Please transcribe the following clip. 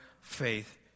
faith